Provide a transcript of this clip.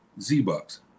Z-Bucks